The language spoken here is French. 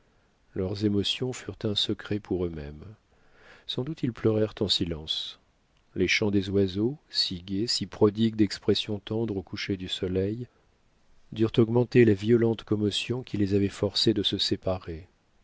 leurs émotions furent un secret pour eux-mêmes sans doute ils pleurèrent en silence les chants des oiseaux si gais si prodigues d'expressions tendres au coucher du soleil durent augmenter la violente commotion qui les avait forcés de se séparer